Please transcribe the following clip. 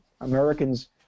Americans